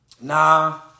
Nah